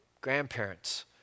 grandparents